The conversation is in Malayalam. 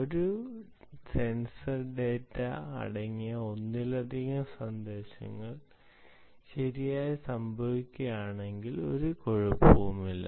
ഒരു സെൻസർ ഡാറ്റ അടങ്ങിയ ഒന്നിലധികം സന്ദേശങ്ങൾ ശരിയായി സംഭവിക്കുകയാണെങ്കിൽ ഒരു കുഴപ്പവുമില്ല